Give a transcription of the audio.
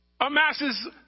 amasses